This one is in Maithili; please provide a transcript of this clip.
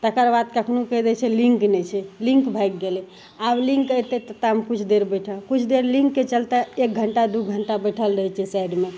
तकर बाद कखनो कहि दै छै लिन्क नहि छै लिन्क भागि गेलै आब लिन्क अएतै तऽ तावत किछु देर बैठऽ किछु देर लिन्कके चलिते एक घण्टा दुइ घण्टा बैठल रहै छिए साइडमे